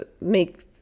make